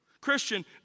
Christian